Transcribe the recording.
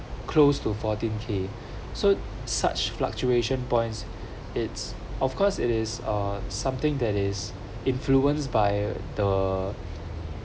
close to fourteen K so such fluctuation points it's of course it is uh something that is influenced by the